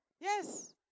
Yes